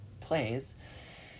plays